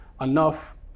enough